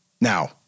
Now